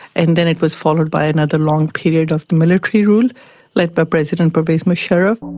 and then it was followed by another long period of military rule led by president pervez musharraf.